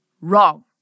Wrong